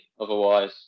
Otherwise